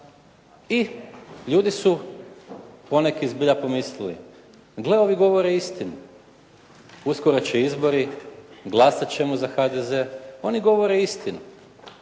I ljudi su poneki zbilja pomislili gle ovi govore istinu, uskoro će izbori, glasat ćemo za HDZ, oni govore istinu.